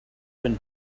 been